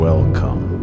Welcome